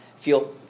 feel